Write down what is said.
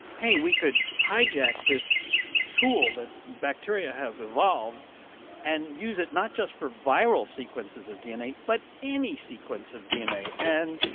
hey, we could hijack this tool that bacteria have evolved and use it, not just for viral sequences of dna but any sequence of dna and,